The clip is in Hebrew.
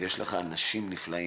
יש לך אנשים נפלאים.